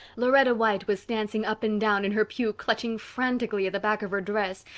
lauretta white was dancing up and down in her pew, clutching frantically at the back of her dress.